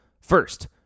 First